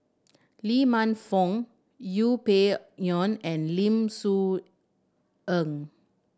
Lee Man Fong Yeng Pway Ngon and Lim Soo Ngee